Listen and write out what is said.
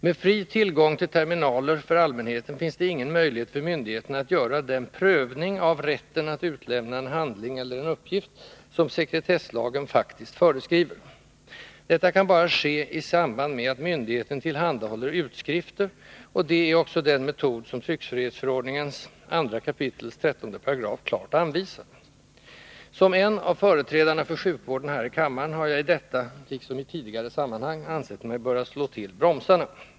Med fri tillgång till terminaler för allmänheten finns det ingen möjlighet för myndigheterna att göra den prövning av rätten att utlämna en handling eller en uppgift som sekretesslagen faktiskt föreskriver. Detta kan bara ske i samband med att myndigheten tillhandahåller utskrifter, och det är också den metod som tryckfrihetsförordningens 2 kap. 13 § klart anvisar. Som en av företrädarna för sjukvården här i kammaren har jag i detta liksom i tidigare sammanhang ansett mig böra slå till bromsarna.